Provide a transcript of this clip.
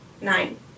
Nine